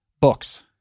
books